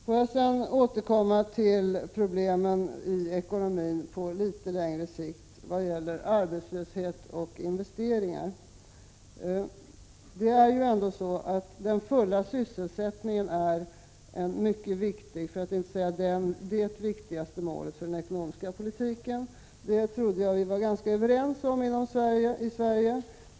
Får jag sedan återkomma till problemen i ekonomin på litet längre sikt vad gäller arbetslöshet och investeringar. Det är ändå så, att den fulla sysselsättningen är ett mycket viktigt mål — för att inte säga det viktigaste målet — för den ekonomiska politiken. Det trodde jag att vi var ganska överens om i Sverige.